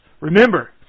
Remember